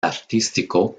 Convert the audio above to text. artístico